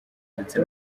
ndetse